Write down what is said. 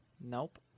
Nope